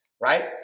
right